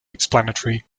explanatory